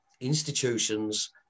institutions